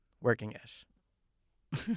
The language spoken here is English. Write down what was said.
Working-ish